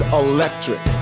electric